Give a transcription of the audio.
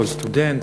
כל סטודנט,